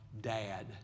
dad